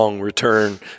return